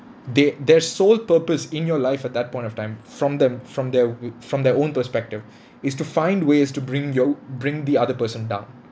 they their sole purpose in your life at that point of time from them from their woo~ from their own perspective is to find ways to bring you bring the other person down